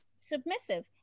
submissive